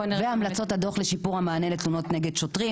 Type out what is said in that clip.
והמלצות הדו"ח לשיפור המענה לתלונות נגד שוטרים.